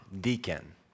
deacon